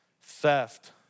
theft